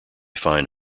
fine